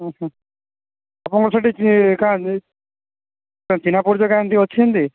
ହୁଁ ହୁଁ ଆପଣଙ୍କର ସେ'ଠି କିଏ କାଏଁ ଚିହ୍ନା ପରିଚୟ କାଏଁ ଏମିତି ଅଛେ ଏମିତି